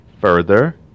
further